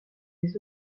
des